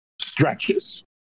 stretches